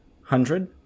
Hundred